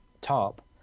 top